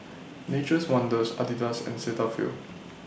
Nature's Wonders Adidas and Cetaphil